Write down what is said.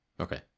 okay